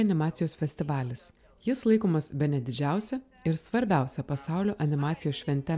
animacijos festivalis jis laikomas bene didžiausia ir svarbiausia pasaulio animacijos švente